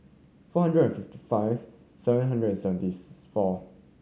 four hundred and fifty five seven hundred and seventy four